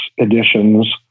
editions